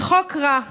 זה חוק רע,